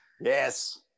Yes